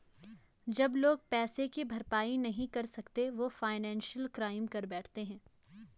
जब लोग पैसे की भरपाई नहीं कर सकते वो फाइनेंशियल क्राइम कर बैठते है